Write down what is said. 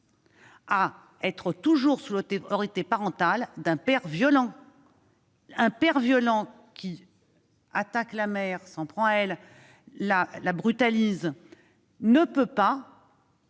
à rester sous l'autorité parentale d'un père violent. Un père violent qui attaque la mère, qui s'en prend à elle, qui la brutalise, ne peut pas